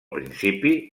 principi